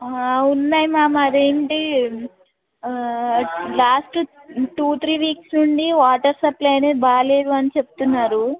ఆ ఉన్నాయి మామ్ అదేంటి లాస్ట్ టూ త్రీ వీక్స్ నుండి వాటర్ సప్లై అనేది బాలేదు అని చెప్తున్నారు